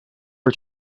our